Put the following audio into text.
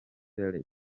sir